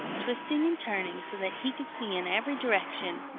twisting and turning so that he could see in every direction,